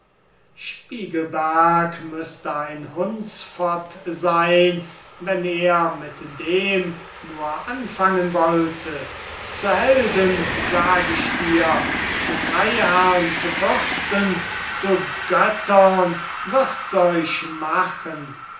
spiegelberg müßte ein hundsvott seyn wenn er mit dem nur anfangen wollte zu helden sag ich dir zu freyherrn zu fürsten zu göttern wirds euch machen